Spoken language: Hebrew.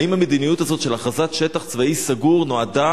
האם המדיניות הזאת של הכרזת "שטח צבאי סגור" נועדה